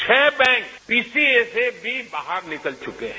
छह bank BCA से भी बाहर निकल चुके हैं